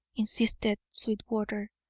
insisted sweetwater.